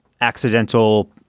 accidental